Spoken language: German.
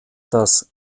das